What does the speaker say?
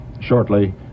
shortly